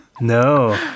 No